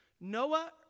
Noah